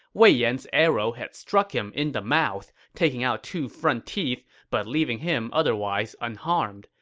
wei yan's arrow had struck him in the mouth, taking out two front teeth but leaving him otherwise unharmed,